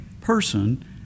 person